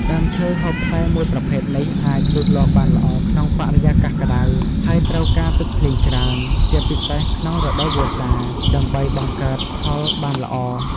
ដើមឈើហូបផ្លែមួយប្រភេទនេះ អាចលូតលាស់បានល្អក្នុងបរិយាកាសក្ដៅ ហើយត្រូវការទឹកភ្លៀងច្រើន ជាពិសេសក្នុងរដូវវស្សា ដើម្បីបង្កើតផលបានល្អ។